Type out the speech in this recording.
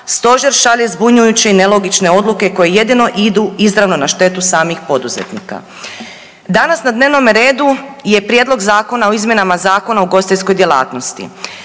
stožer šalje zbunjujuće i nelogične odluke koje jedino idu izravno na štetu samih poduzetnika. Danas na dnevnome redu je Prijedlog zakona o izmjenama Zakona o ugostiteljskoj djelatnosti.